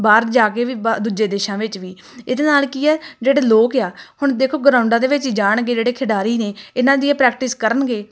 ਬਾਹਰ ਜਾ ਕੇ ਵੀ ਬਾ ਦੂਜੇ ਦੇਸ਼ਾਂ ਵਿੱਚ ਵੀ ਇਹਦੇ ਨਾਲ ਕੀ ਹੈ ਜਿਹੜੇ ਲੋਕ ਆ ਹੁਣ ਦੇਖੋ ਗਰਾਊਂਡਾਂ ਦੇ ਵਿੱਚ ਹੀ ਜਾਣਗੇ ਜਿਹੜੇ ਖਿਡਾਰੀ ਨੇ ਇਹਨਾਂ ਦੀ ਇਹ ਪ੍ਰੈਕਟਿਸ ਕਰਨਗੇ